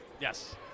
Yes